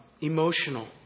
emotional